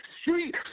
Street